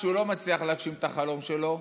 כשהוא לא מצליח להגשים את החלום שלו,